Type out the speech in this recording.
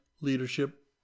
leadership